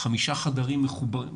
חמישה חדרים מחוברים,